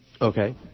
Okay